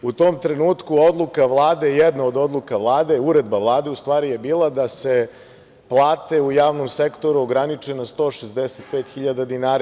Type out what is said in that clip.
U tom trenutku odluka Vlade, jedna od odluka Vlade, uredba Vlade u stvari je bila da se plate u javnom sektoru ograniče na 165.000 dinara.